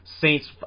Saints